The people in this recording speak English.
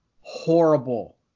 horrible